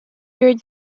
your